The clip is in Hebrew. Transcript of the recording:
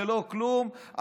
ללא כלום,